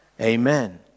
Amen